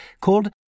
called